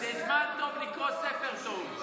זה זמן טוב לקרוא ספר טוב.